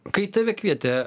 kai tave kvietė